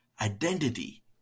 identity